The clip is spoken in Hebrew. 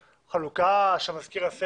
חלוקה, שהמזכיר יחליט